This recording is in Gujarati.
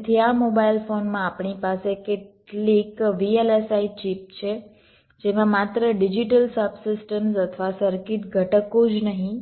તેથી આ મોબાઇલ ફોનમાં આપણી પાસે કેટલીક VLSI ચિપ છે જેમાં માત્ર ડિજિટલ સબ સિસ્ટમ્સ અથવા સર્કિટ ઘટકો જ નહીં